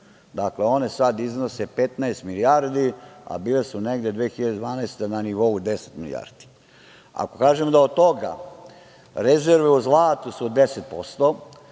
Dakle, one sada iznose 15 milijardi, a bile su negde 2012. godine na nivou 10 milijardi. Ako kažem da od toga rezerve u zlatu su 10%,